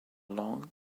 long